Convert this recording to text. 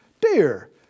Dear